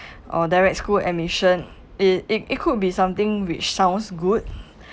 or direct school admission it it it could be something which sounds good